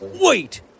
Wait